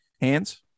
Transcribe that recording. Hands